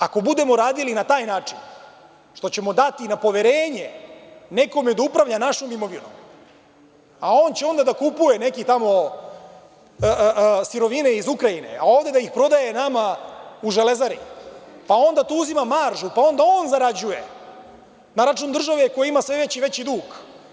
Ako budemo radili na taj način što ćemo dati na poverenje nekome da upravlja našom imovinom, a on će onda da kupuje neke tamo sirovine iz Ukrajine, a ovde da ih prodaje nama u „Železari“, pa onda tu uzima maržu, pa onda on zarađuje na račun države koja ima sve veći i veći dug.